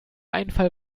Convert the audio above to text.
einfall